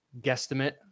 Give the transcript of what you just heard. guesstimate